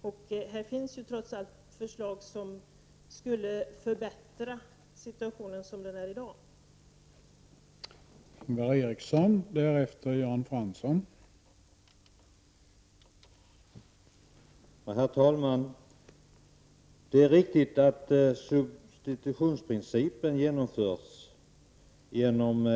Det finns trots allt förslag som, om de förverkligades, skulle innebära en förbättrad situation.